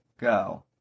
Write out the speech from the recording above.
Go